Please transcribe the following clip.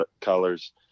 colors